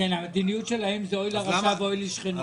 המדיניות שלהם זה אוי לרשע ואוי לשכנו.